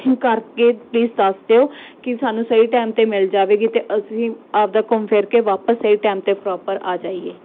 ਕਰਕੇ ਪਲੀਜ ਦੱਸ ਦਿਓ ਕਿ ਸਾਨੂੰ ਸਹੀ ਟਾਈਮ 'ਤੇ ਮਿਲ ਜਾਵੇਗੀ ਅਤੇ ਅਸੀਂ ਆਪਦਾ ਘੁੰਮ ਫਿਰ ਕੇ ਵਾਪਸ ਸਹੀ ਟਾਈਮ 'ਤੇ ਪ੍ਰੋਪਰ ਆ ਜਾਈਏ